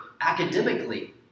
academically